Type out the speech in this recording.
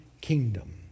kingdom